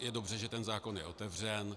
Je dobře, že ten zákon je otevřen.